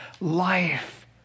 Life